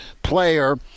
player